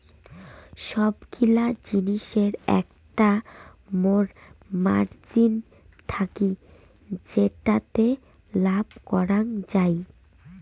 সবগিলা জিলিসের একটা more margin থাকি যেটাতে লাভ করাঙ যাই